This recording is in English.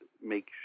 make